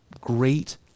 great